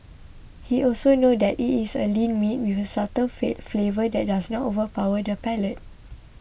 he also knows that it is a lean meat with a subtle flavour that does not overpower the palate